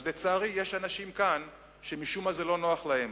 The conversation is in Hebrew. אז לצערי יש כאן אנשים שמשום מה זה לא נוח להם,